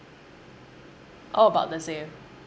all about the same